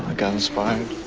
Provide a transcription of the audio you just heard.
ah got inspired.